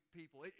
people